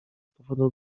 powodu